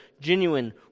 genuine